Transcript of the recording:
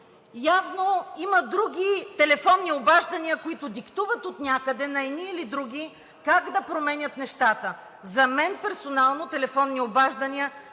Явно има други телефонни обаждания, които отнякъде диктуват – на едни или на други – как да променят нещата. За мен персонално телефонните обаждания